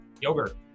yogurt